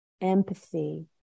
empathy